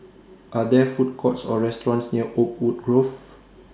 Are There Food Courts Or restaurants near Oakwood Grove